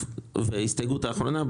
וההסתייגויות האחרונה,